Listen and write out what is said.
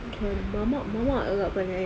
kalau dah mamak mamak juga perangai eh